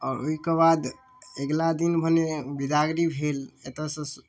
आओर ओहिके बाद अगिला दिन भने विदागिरी भेल एतऽसँ